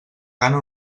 gana